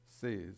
says